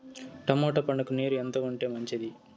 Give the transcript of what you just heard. Tomato పంటకు నీరు ఎంత ఉంటే మంచిది?